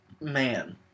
man